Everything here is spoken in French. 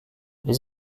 ses